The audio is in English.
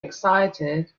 excited